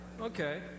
Okay